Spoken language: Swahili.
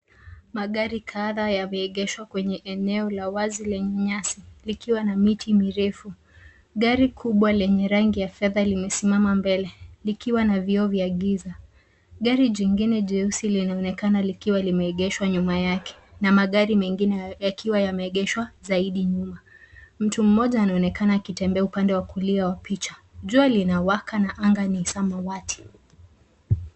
Magari kadhaa yameegeshwa kwenye eneo la wazi lenye nyasi likiwa na miti mirefu. Gari kubwa lenye rangi ya fedha limesimama mbele likiwa na vioo vya giza. Gari jingine jeusi linaonekana likiwa limeegeshwa nyuma yake na magari mengine yakiwa yameegeshwa zaidi nyuma. Mtu mmoja anaonekana akitembea upande wa kulia wa picha. Jua linawaka na anga ni samawati.